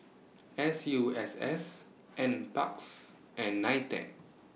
S U S S N Parks and NITEC